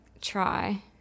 try